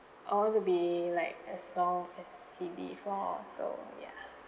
I want to be like as long as C_B for so ya